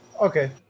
okay